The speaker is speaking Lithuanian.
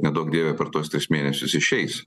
neduok dieve per tuos tris mėnesius išeis